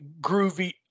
groovy